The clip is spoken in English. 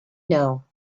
know